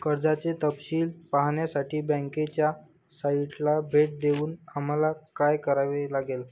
कर्जाचे तपशील पाहण्यासाठी बँकेच्या साइटला भेट देऊन आम्हाला काय करावे लागेल?